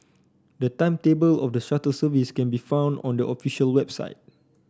the timetable of the shuttle service can be found on the official website